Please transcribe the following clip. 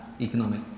economic